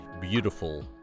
beautiful